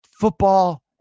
Football